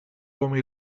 come